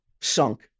sunk